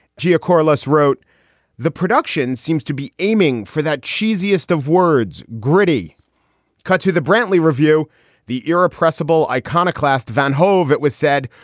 jia corless wrote the production seems to be aiming for that cheesiest of words. gritty cut to the brantley review. the irrepressible iconoclast van hove, it was said,